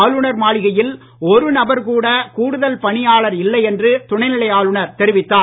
ஆளுநர் மாளிகையில் ஒரு நபர் கூட கூடுதல் பணியாளர் இல்லை என்று துணைநிலை ஆளுநர் தெரிவித்தார்